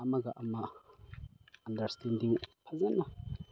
ꯑꯃꯒ ꯑꯝꯒ ꯑꯟꯗ꯭ꯔꯁꯇꯦꯟꯗꯤꯡ ꯐꯖꯅ